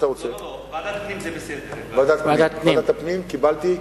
ועדת הפנים זה בסדר.